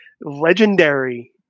legendary